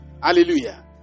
Hallelujah